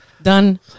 done